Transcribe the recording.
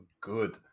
good